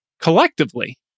collectively